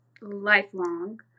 lifelong